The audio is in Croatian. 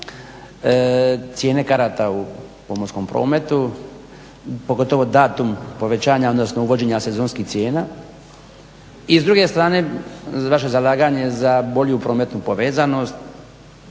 cijene karata u pomorskom prometu, pogotovo datum povećanja odnosno uvođenja sezonskih cijena i s druge strane, vaše zalaganje za bolju prometnu povezanost